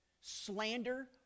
slander